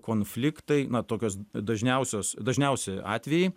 konfliktai na tokios dažniausios dažniausi atvejai